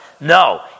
No